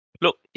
Look